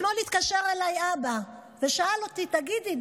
אתמול התקשר אליי אבא ושאל אותי: תגידי,